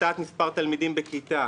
הפחתת מספר תלמידים בכיתה,